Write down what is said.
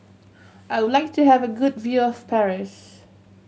I would like to have a good view of Paris